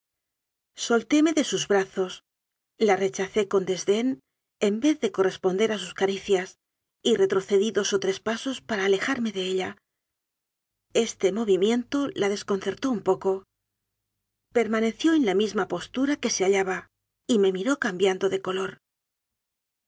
soltóme de sus brazos la recha cé con desdén en vez de corresponder a sus ca ricias y retrocedí dos o tres pasos para alejarme de ella este movimiento la desconcertó un poco permaneció en la misma postura que se hallaba y me miró cambiando de